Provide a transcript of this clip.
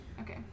Okay